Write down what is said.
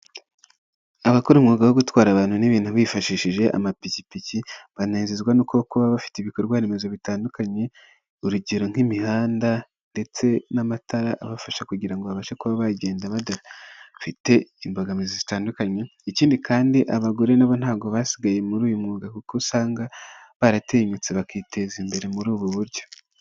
Abakora umwuga wo gutwara abantu n'ibintu bifashishije amapikipiki banezezwa no kuba bafite ibikorwaremezo bitandukanye, urugero nk'imihanda ndetse n'amatara abafasha kugira ngo babashe kuba bagenda badafite imbogamizi zitandukanye, ikindi kandi abagore na bo ntago basigaye muri uyu mwuga kuko usanga baratinyutse bakiteza imbere muri ubu buryo.